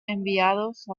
enviados